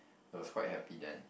I was quite happy then